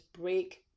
Break